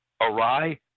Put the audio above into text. awry